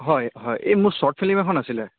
হয় হয় এই মোৰ চৰ্ট ফিল্ম এখন আছিলে